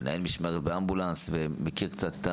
מנהל משמרת באמבולנס ומכיר קצת,